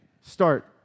start